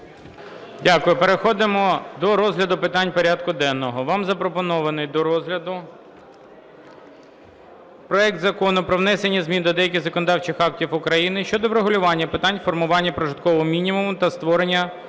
Дякую. Переходимо до розгляду питань порядку денного. Вам запропонований до розгляду проект Закону про внесення змін до деяких законодавчих актів України щодо врегулювання питань формування прожиткового мінімуму та створення